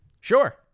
Sure